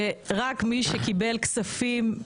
שרק מי שקיבל כספים,